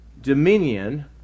Dominion